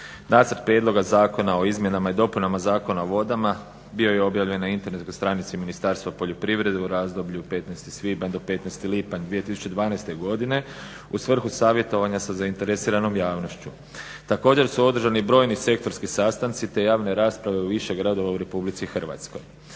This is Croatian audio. Nacrt prijedloga Zakona o izmjenama i dopunama Zakona o vodama bio je objavljen na internetskoj stranici Ministarstva poljoprivrede u razdoblju 15. svibanj do 15. lipanj 2012. godine u svrhu savjetovanja sa zainteresiranom javnošću. Također su održani i brojni sektorski sastanci te javne rasprave u više gradova u RH. Ovaj